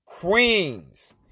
Queens